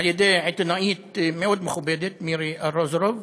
על-ידי עיתונאית מכובדת מאוד, מירב ארלוזורוב: